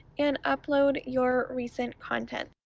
and upload your recent content.